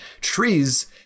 trees